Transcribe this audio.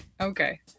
Okay